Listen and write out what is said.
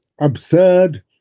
Absurd